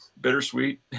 bittersweet